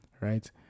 right